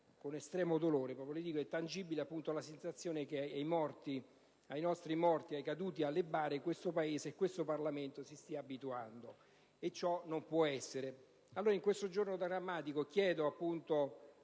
estremo dolore, rende ormai tangibile la sensazione che ai nostri morti, ai caduti, alle bare questo Paese e questo Parlamento si stiano abituando, e ciò non può essere. In questo giorno drammatico chiedo